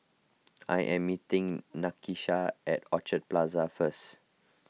I am meeting Nakisha at Orchard Plaza first